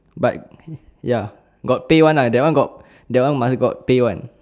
but ya got pay one lah that one got that one must got pay one